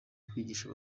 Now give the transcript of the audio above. kwigisha